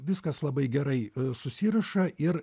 viskas labai gerai susiriša ir